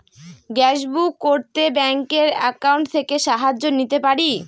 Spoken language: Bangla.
গ্যাসবুক করতে ব্যাংকের অ্যাকাউন্ট থেকে সাহায্য নিতে পারি?